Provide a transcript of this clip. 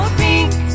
pink